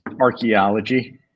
archaeology